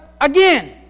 again